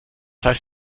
heißt